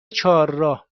چهارراه